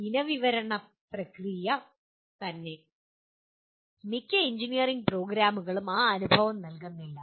ഇനവിവരണപ്രക്രിയ തന്നെ മിക്ക എഞ്ചിനീയറിംഗ് പ്രോഗ്രാമുകളും ആ അനുഭവം നൽകുന്നില്ല